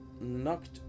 knocked